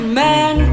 man